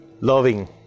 loving